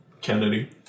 Kennedy